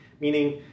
meaning